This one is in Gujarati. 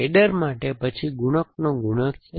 એડર માટે પછી ગુણકનો ગુણક છે